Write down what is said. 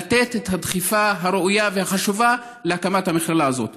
לתת את הדחיפה הראויה והחשובה להקמת המכללה הזאת.